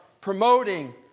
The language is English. promoting